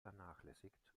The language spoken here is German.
vernachlässigt